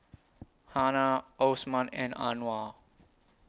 Hana Osman and Anuar